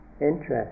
interest